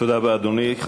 תודה רבה, אדוני.